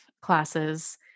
classes